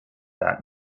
that